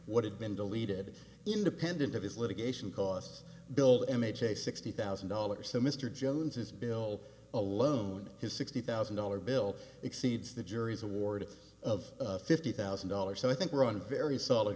what had been deleted independent of his litigation costs build m a j sixty thousand dollars so mr jones is bill alone and his sixty thousand dollars bill exceeds the jury's award of fifty thousand dollars so i think we're on a very solid